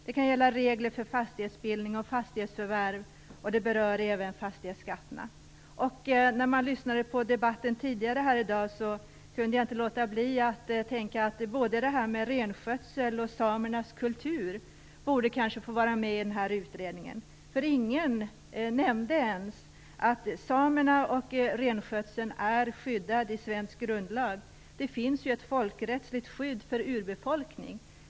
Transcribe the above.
Det gäller regler för fastighetsbildning och fastighetsförvärv, och det berör även fastighetsskatterna. När jag lyssnade till debatten tidigare här i dag, kunde jag inte låta bli att tänka på att detta med renskötseln och samernas kultur kanske borde få vara med i denna utredning. Ingen nämnde ens att samerna och deras renskötsel är skyddade i svensk grundlag. Det finns ju ett folkrättsligt skydd för urbefolkning.